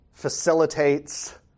facilitates